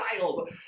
wild